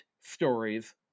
stories